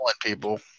people